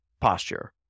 posture